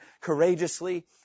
courageously